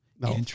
No